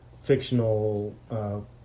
Fictional